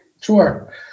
Sure